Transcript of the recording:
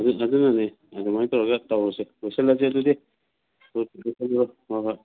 ꯑꯗꯨꯅꯅꯤ ꯑꯗꯨꯃꯥꯏ ꯇꯧꯔꯒ ꯇꯧꯔꯁꯦ ꯂꯣꯏꯁꯜꯂꯁꯦ ꯑꯗꯨꯗꯤ ꯂꯣꯏꯁꯜꯂꯨꯔꯣ ꯍꯣꯏ ꯍꯣꯏ